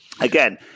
again